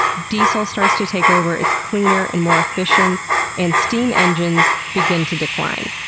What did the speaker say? diesel starts to take over. it's cleaner and more efficient and steam engines begin to decline.